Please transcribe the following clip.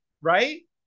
right